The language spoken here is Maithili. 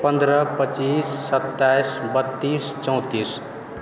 पन्द्रह पच्चीस सत्ताइस बत्तीस चौंतीस